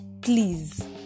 please